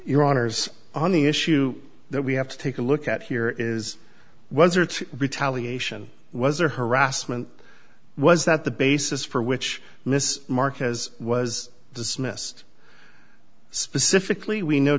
your honour's on the issue that we have to take a look at here is whether to retaliation was or harassment was that the basis for which miss marcuse was dismissed specifically we know